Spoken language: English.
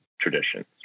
traditions